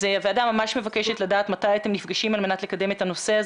אז הוועדה ממש מבקשת לדעת מתי אתם נפגשים על מנת לקדם את הנושא.